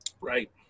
Right